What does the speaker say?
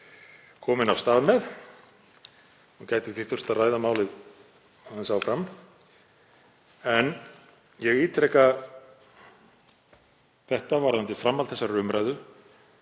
kominn af stað með og gæti því þurft að ræða málið aðeins áfram. En ég ítreka það varðandi framhald þessarar umræðu,